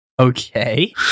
okay